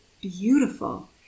beautiful